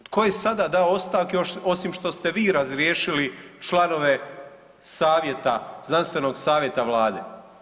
Tko je sada dao ostavke osim što ste vi razriješili članove savjeta, znanstvenog savjeta Vlade.